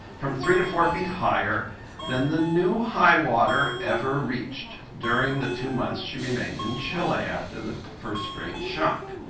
from three to four feet higher than the new high water ever reached during the two months she remained in chile after the first great shock.